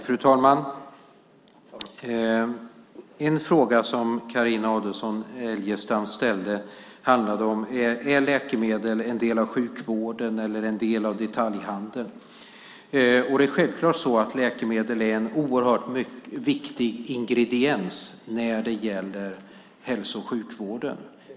Fru ålderspresident! En fråga som Carina Adolfsson Elgestam ställde var: Är läkemedel en del av sjukvården eller en del av detaljhandeln? Läkemedel är självklart en oerhört viktig ingrediens när det gäller hälso och sjukvården.